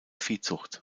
viehzucht